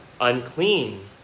unclean